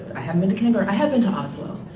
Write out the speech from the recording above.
i haven't been to canberra, i have been to oslo.